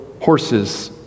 horses